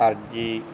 ਅਰਜ਼ੀ